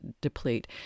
deplete